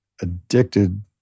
addicted